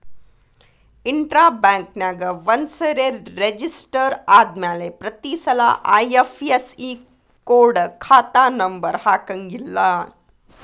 intra ಬ್ಯಾಂಕ್ನ್ಯಾಗ ಒಂದ್ಸರೆ register ಆದ್ಮ್ಯಾಲೆ ಪ್ರತಿಸಲ ಐ.ಎಫ್.ಎಸ್.ಇ ಕೊಡ ಖಾತಾ ನಂಬರ ಹಾಕಂಗಿಲ್ಲಾ